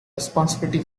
responsibility